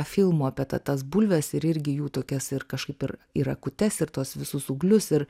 filmų apie ta tas bulves ir irgi jų tokias ir kažkaip ir ir akutes ir tuos visus ūglius ir